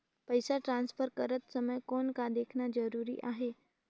पइसा ट्रांसफर करत समय कौन का देखना ज़रूरी आहे?